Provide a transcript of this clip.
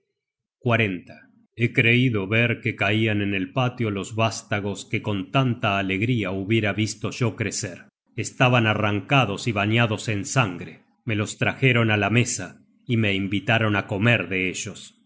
he creido ver que caian en el patio los vástagos que con tanta alegría hubiera visto yo crecer estaban arrancados y bañados en sangre me los trajeron á la mesa y me invitaron á comer de ellos y